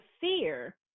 fear